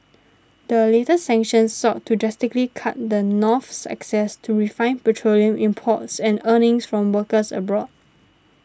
the latest sanctions sought to drastically cut the North's access to refined petroleum imports and earnings from workers abroad